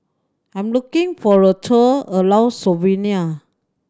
I'm looking for a tour around Slovenia